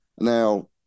Now